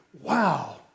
wow